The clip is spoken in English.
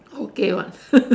okay lah